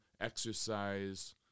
exercise